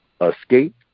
escape